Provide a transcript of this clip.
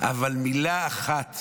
אבל מילה אחת